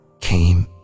came